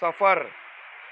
سفر